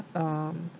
um